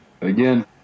again